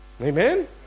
Amen